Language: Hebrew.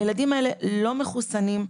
הילדים הללו לא מחוסנים.